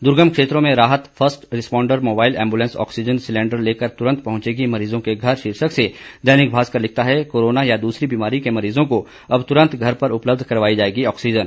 दुर्गम क्षेत्रों में राहत first responder mobile ambulance oxygen cylinder लेंकर तुरंत पहुंचेगी मरीजों के घर शीर्षक से दैनिक भास्कर लिखता है कोरोना या दूसरी बीमारी के मरीजों को अब तुरंत घर पर उपलब्ध करवाई जाएगी ऑक्सीजन